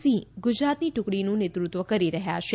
સિંહ ગુજરાતની ટુકડીનું નેતૃત્વ કરી રહ્યાં છે